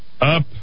up